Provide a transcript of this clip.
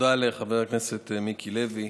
תודה לחבר הכנסת מיקי לוי.